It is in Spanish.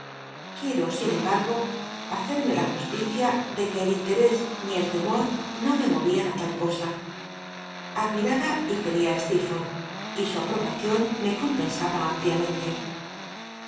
quiero sin cmbatgo hacerme la justicia de que rl in trrés ni el temor no me morian í tal cosa atlmimba y qucria á stecrforth y su aprobacion me com